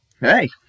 hey